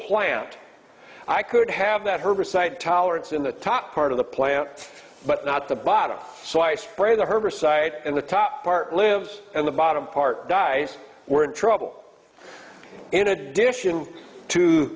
plant i could have that herbicide tolerance in the top part of the plant but not the bottom so i spray the herbicide in the top part lives and the bottom part dies we're in trouble in addition to